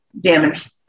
damage